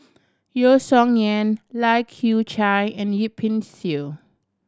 Yeo Song Nian Lai Kew Chai and Yip Pin Xiu